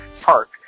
Park